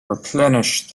replenish